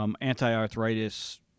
anti-arthritis